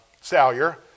Salyer